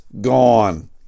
Gone